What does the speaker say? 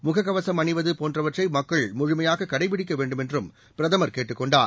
முக கவசம் அணிவது போன்றவற்றை மக்கள் முழுமையாக கடைபிடிக்க வேண்டுமென்றும் பிரதமர் கேட்டுக் கொண்டார்